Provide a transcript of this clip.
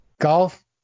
Golf